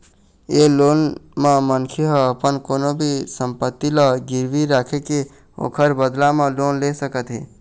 ए loan म मनखे ह अपन कोनो भी संपत्ति ल गिरवी राखके ओखर बदला म लोन ले सकत हे